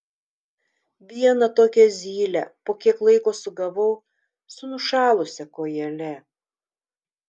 vieną tokią zylę po kiek laiko sugavau su nušalusia kojele